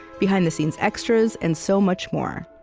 behind-the-scenes extras, and so much more.